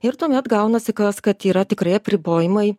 ir tuomet gaunasi kas kad yra tikrai apribojimai